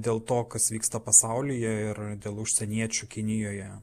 dėl to kas vyksta pasaulyje ir dėl užsieniečių kinijoje